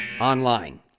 online